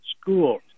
school